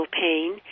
pain